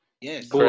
Yes